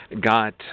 got